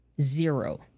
zero